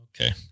Okay